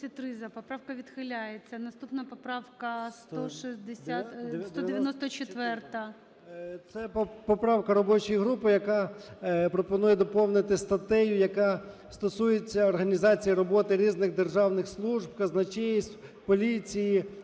Поправка відхиляється. Наступна поправка 194-а. 13:51:50 ЧЕРНЕНКО О.М. Це поправка робочої групи, яка пропонує доповнити статтею, яка стосується організації роботи різних державних служб, казначейств, поліції, реєстру